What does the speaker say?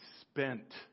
spent